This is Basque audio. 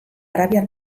arabiar